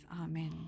Amen